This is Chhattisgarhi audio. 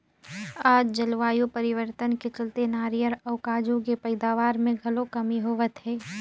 आज जलवायु परिवर्तन के चलते नारियर अउ काजू के पइदावार मे घलो कमी होवत हे